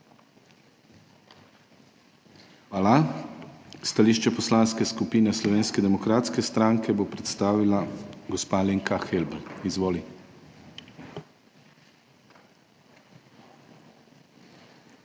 Hvala. Stališče Poslanske skupine Slovenske demokratske stranke bo predstavila gospa Alenka Helbl. Izvoli. ALENKA